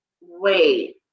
wait